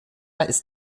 ist